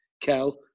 Kel